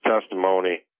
testimony